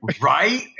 Right